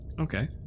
Okay